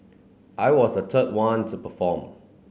I was a third one to perform